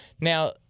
Now